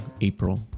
April